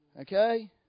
Okay